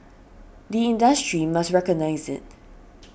the industry must recognise it